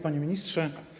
Panie Ministrze!